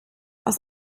aus